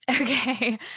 Okay